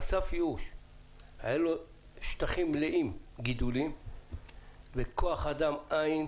היו לו שטחים מלאים גידולים וכוח אדם אין.